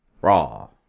Raw